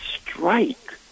strike